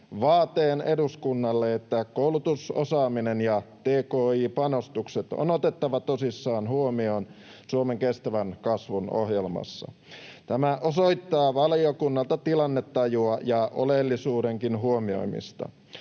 vaateen eduskunnalle, että koulutus, osaaminen ja tki-panostukset on otettava tosissaan huomioon Suomen kestävän kasvun ohjelmassa. Tämä osoittaa valiokunnalta tilannetajua ja oleellisuudenkin huomioimista.